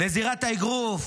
לזירת האגרוף,